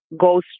goes